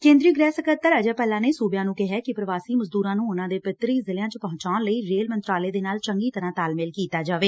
ਕੇਂਦਰੀ ਗ੍ਹਿ ਸਕੱਤਰ ਅਜੇ ਭੱਲਾ ਨੇ ਸੁਬਿਆਂ ਨੂੰ ਕਿਹੈ ਕਿ ਪ੍ਵਾਸੀ ਮਜ਼ਦੁਰਾਂ ਨੂੰ ਉਨਾਂ ਦੇ ਪਿੱਤਰੀ ਜ਼ਿਲ਼ਿਆਂ ਚ ਪਹੁੰਚਣ ਲਈ ਰੇਲ ਮੰਤਰਾਲੇ ਦੇ ਨਾਲ ਚੰਗੀ ਤਰ੍ਹਾ ਤਾਲਮੇਲ ਕੀਤਾ ਜਾਏ